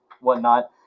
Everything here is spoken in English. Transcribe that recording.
whatnot